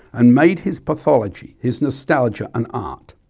and made his pathology, his nostalgia an art.